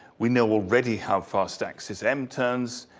we know already how fast axis m turns.